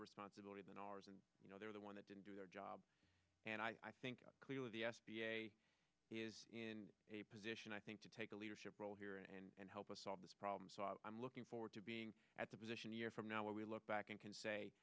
responsibility than ours and you know they're the one that didn't do their job and i think clearly the is in a position i think to take a leadership role here and help us solve this problem so i'm looking forward to being at the position a year from now where we look back and can say